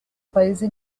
paese